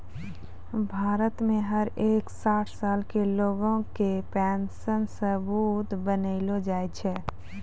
भारत मे हर एक साठ साल के लोग के पेन्शन सबूत बनैलो जाय छै